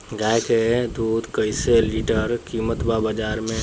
गाय के दूध कइसे लीटर कीमत बा बाज़ार मे?